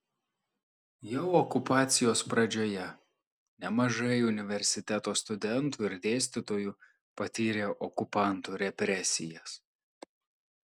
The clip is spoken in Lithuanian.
jau okupacijos pradžioje nemažai universiteto studentų ir dėstytojų patyrė okupantų represijas